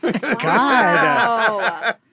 God